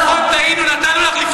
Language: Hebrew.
נכן, טעינו, נתנו לך לדבר.